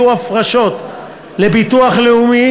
יהיו הפרשות לביטוח לאומי,